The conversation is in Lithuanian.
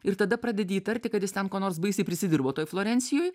ir tada pradedi įtarti kad jis ten ko nors baisiai prisidirbo toj florencijoj